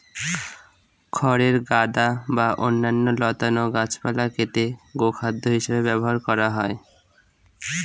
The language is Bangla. খড়ের গাদা বা অন্যান্য লতানো গাছপালা কেটে গোখাদ্য হিসাবে ব্যবহার করা হয়